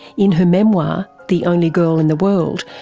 in her memoir, the only girl in the world,